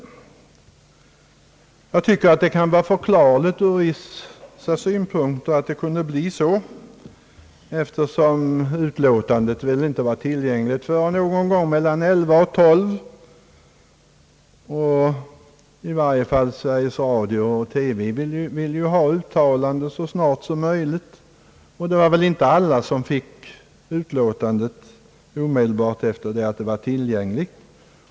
Jag tycker att det kan vara förklarligt ur vissa synpunkter, eftersom utlåtandet icke var tillgängligt förrän någon gång mellan kl. 11 och kl. 12. I varje fall radion och televisionen vill ha uttalanden så snart som möjligt, och alla fick väl inte utlåtandet omedelbart efter det att det var tillgängligt.